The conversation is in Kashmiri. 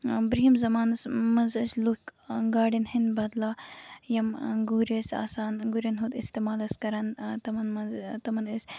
برٛوہِم زَمانَس منٛز ٲسۍ لُکھ گاڑین ہِندۍ بدلہٕ یِم گُرۍ ٲسۍ آسان گُرین ہُند اِستعمال ٲسۍ کران تِمَن منٛز تِمَن ٲسۍ یِم